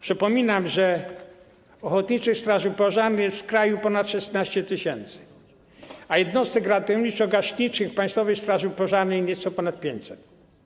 Przypominam, że ochotniczych straży pożarnych jest w kraju ponad 16 tys. a jednostek ratowniczo-gaśniczych Państwowej Straży Pożarnej nieco ponad 500.